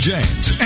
James